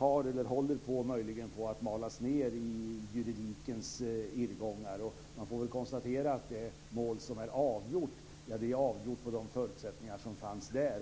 möjligen håller på att malas ned i juridikens irrgångar. Man får konstatera att det mål som är avgjort är avgjort på de förutsättningar som fanns där.